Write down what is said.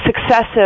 successive